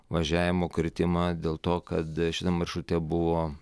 važiavimo kritimą dėl to kad šitam maršrute buvo